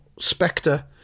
spectre